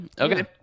Okay